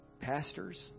pastors